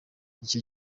icyo